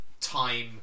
time